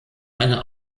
einer